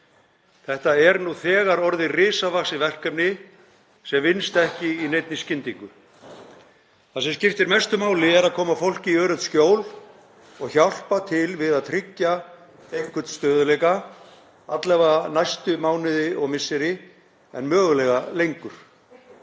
Þetta er nú þegar orðið risavaxið verkefni sem vinnst ekki í neinni skyndingu. Það sem skiptir mestu máli er að koma fólki í öruggt skjól og hjálpa til við að tryggja einhvern stöðugleika, alla vega næstu mánuði og misseri en mögulega lengur.